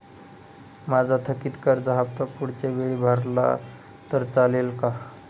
माझा थकीत कर्ज हफ्ता पुढच्या वेळी भरला तर चालेल का?